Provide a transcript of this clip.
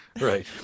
right